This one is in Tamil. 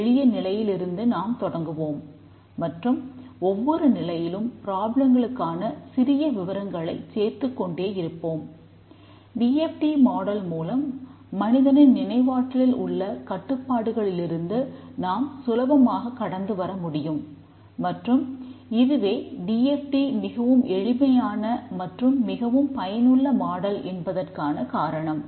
இது ஹையரார்கியல் மாடல் என்பதற்கான காரணம்